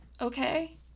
okay